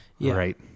Right